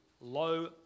low